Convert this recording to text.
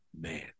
man